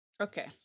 Okay